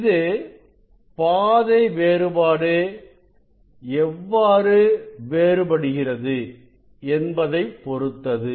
இது பாதை வேறுபாடு எவ்வாறு வேறுபடுகிறது என்பதை பொறுத்தது